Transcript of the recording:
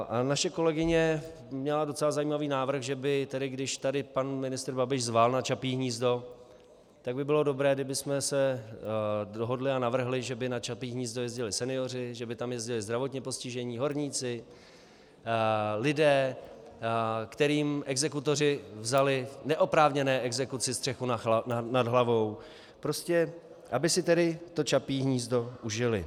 A naše kolegyně měla docela zajímavý návrh, že když tady pan ministr Babiš zval na Čapí hnízdo, tak by bylo dobré, kdybychom se dohodli a navrhli, že by na Čapí hnízdo jezdili senioři, že by tam jezdili zdravotně postižení, horníci, lidé, kterým exekutoři vzali v neoprávněné exekuci střechu nad hlavou, prostě aby si tedy to Čapí hnízdo užili.